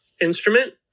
instrument